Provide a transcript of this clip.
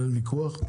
אין ויכוח.